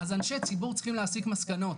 אז אנשי ציבור צריכים להסיק מסקנות,